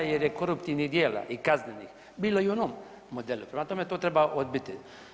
Jer je koruptivnih djela kaznenih bilo i u onom modelu, prema tome ovdje to treba odbiti.